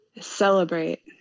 Celebrate